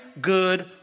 good